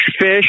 fish